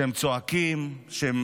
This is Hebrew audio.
שהם צועקים, שהם